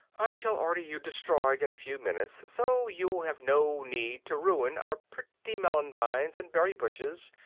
i shall order you destroyed in a few minutes, so you will have no need to ruin our pretty melon vines and berry bushes.